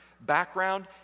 background